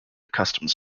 customs